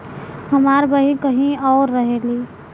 हमार बहिन कहीं और रहेली